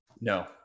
no